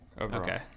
Okay